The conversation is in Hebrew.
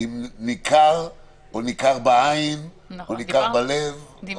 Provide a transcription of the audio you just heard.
אם ניכר או ניכר בעין או ניכר בלב או